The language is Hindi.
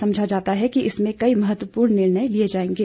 समझा जाता है कि इसमें कई महत्वपूर्ण निर्णय लिए जाएंगे